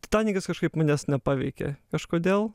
titanikas kažkaip manęs nepaveikė kažkodėl